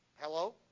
Hello